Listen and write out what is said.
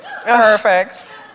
Perfect